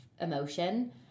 emotion